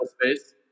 space